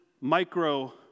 micro